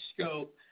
scope